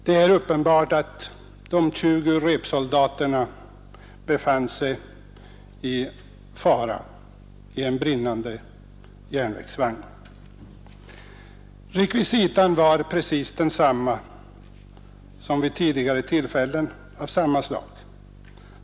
Det är uppenbart att de 20 repsoldaterna befann sig i fara i en brinnande järnvägsvagn. Rekvisitan var precis densamma som vid tidigare tillfällen av samma slag.